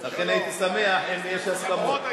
לכן, הייתי שמח אם יש הסכמות.